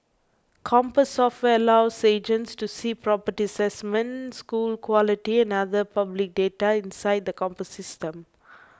compass software allows agents to see property assessments school quality and other public data inside the Compass System